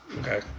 Okay